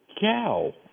cow